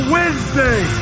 Wednesday